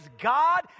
God